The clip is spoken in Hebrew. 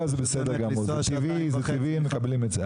לא, זה בסדר גמור, זה טבעי, מקבלים את זה.